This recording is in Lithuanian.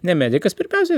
ne medikas pirmiausia